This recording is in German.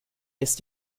ist